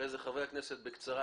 אחרי כן חברי הכנסת בקצרה,